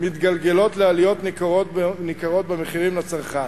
מתגלגלות לעליות ניכרות במחירים לצרכן,